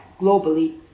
globally